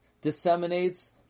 disseminates